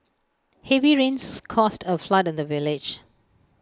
heavy rains caused A flood in the village